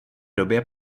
době